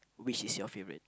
which is your favourite